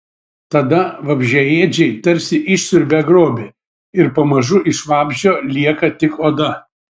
tada vabzdžiaėdžiai tarsi išsiurbia grobį ir pamažu iš vabzdžio lieka tik oda